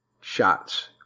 shots